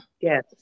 Yes